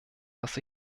dass